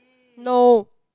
no